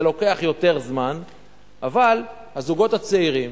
זה לוקח יותר זמן, אבל הזוגים הצעירים